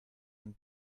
and